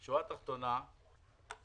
השורה התחתונה,